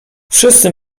wszyscy